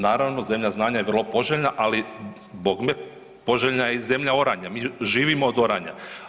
Naravno, zemlja znanja je vrlo poželjna, ali bogme, poželjna je i zemlja oranja, mi živimo od oranja.